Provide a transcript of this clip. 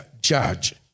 Judge